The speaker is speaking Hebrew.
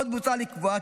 עוד מוצע לקבוע,